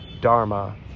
Dharma